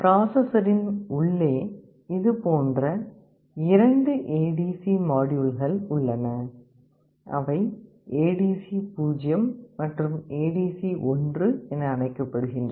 பிராசசரின் உள்ளே இதுபோன்ற இரண்டு ஏடிசி மாட்யூல்கள் உள்ளன அவை ஏடிசி 0 மற்றும் ஏடிசி 1 என அழைக்கப்படுகின்றன